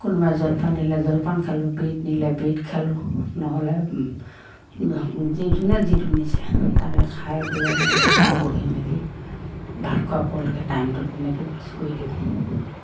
কোনোবাই জলপান নিলে জলপান খালোঁ ব্ৰেড নিলে ব্ৰেড খালোঁ নহ'লে যি যোনে যিটো নিছে তাকে খাই বৈ আমি গোটেইখন বহি মেলি ভাত খোৱা পৰলৈকে টাইমটো তেনেকৈ পাছ কৰি দিওঁ